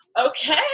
okay